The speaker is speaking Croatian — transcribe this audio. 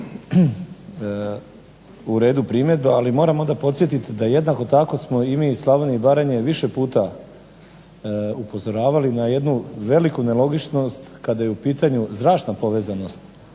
uredu primjedba, ali moram podsjetiti da jednako tako smo i mi iz Slavonije i Baranje više puta upozoravali na jednu veliku nelogičnost kada je u pitanju zračna povezanost